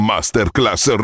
Masterclass